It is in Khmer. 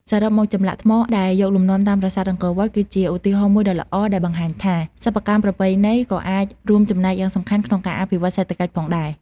សរុបមក ចម្លាក់ថ្មដែលយកលំនាំតាមប្រាសាទអង្គរវត្ត គឺជាឧទាហរណ៍មួយដ៏ល្អដែលបង្ហាញថា សិប្បកម្មប្រពៃណីក៏អាចរួមចំណែកយ៉ាងសំខាន់ក្នុងការអភិវឌ្ឍសេដ្ឋកិច្ចផងដែរ។